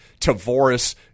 Tavoris